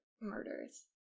murders